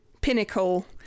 pinnacle